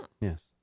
Yes